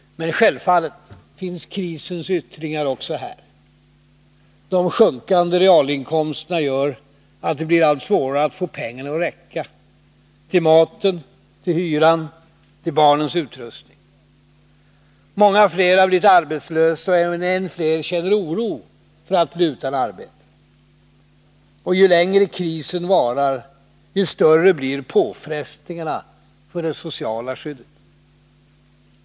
Men självfallet finns krisens yttringar också här. De sjunkande realinkomsterna gör att det blir allt svårare att få pengarna att räcka — till maten, till hyran, till barnens utrustning. Många fler har blivit arbetslösa och än fler känner oro för att bli utan arbete. Ju längre krisen varar, desto större blir påfrestningarna för det sociala skyddet.